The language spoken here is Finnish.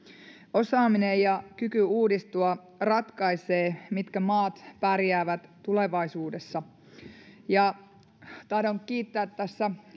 osaaminen ja kyky uudistua ratkaisevat mitkä maat pärjäävät tulevaisuudessa tahdon kiittää tässä